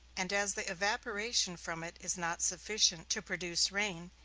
and as the evaporation from it is not sufficient to produce rain,